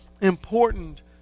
important